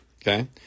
Okay